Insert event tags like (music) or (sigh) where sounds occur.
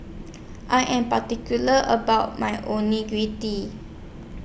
I Am particular about My Onigiri (unintelligible)